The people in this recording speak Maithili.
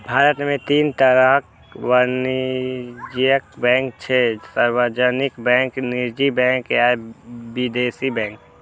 भारत मे तीन तरहक वाणिज्यिक बैंक छै, सार्वजनिक बैंक, निजी बैंक आ विदेशी बैंक